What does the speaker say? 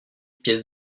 pièces